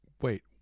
wait